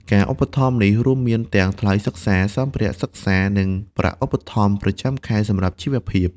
ការឧបត្ថម្ភនេះរួមមានទាំងថ្លៃសិក្សា សម្ភារៈសិក្សា និងប្រាក់ឧបត្ថម្ភប្រចាំខែសម្រាប់ជីវភាព។